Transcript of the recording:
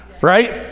right